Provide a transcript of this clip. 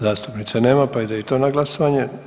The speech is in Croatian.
Zastupnice nema, pa ide i to na glasanje.